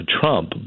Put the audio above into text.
trump